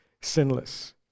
sinless